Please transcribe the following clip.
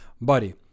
body